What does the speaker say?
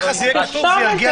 כתוב.